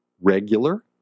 regular